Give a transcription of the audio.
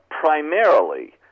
primarily